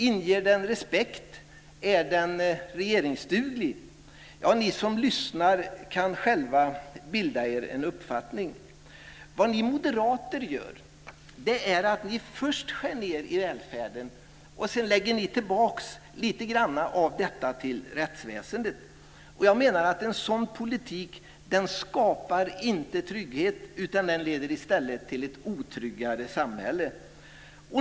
Inger den respekt? Är den regeringsduglig? Ja, ni som lyssnar kan själva bilda er en uppfattning. Vad ni moderater gör är att ni först skär ned i välfärden, och sedan lägger ni tillbaka lite grann av detta till rättsväsendet. En sådan politik skapar inte trygghet utan leder i stället till ett otryggare samhälle.